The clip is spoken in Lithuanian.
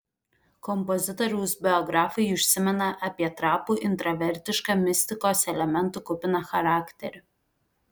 kompozitoriaus biografai užsimena apie trapų intravertišką mistikos elementų kupiną charakterį